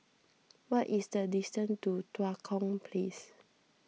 what is the distance to Tua Kong Place